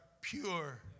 pure